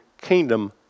kingdom